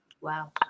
Wow